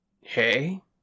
Hey